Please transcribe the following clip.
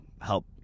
help